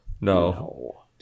no